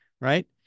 Right